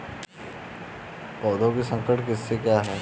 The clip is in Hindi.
पौधों की संकर किस्में क्या हैं?